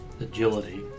agility